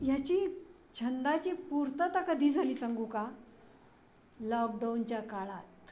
ह्याची छंदाची पूर्तता कधी झाली सांगू का लॉकडाऊनच्या काळात